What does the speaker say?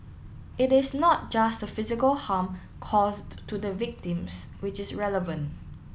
it is not just the physical harm caused to the victims which is relevant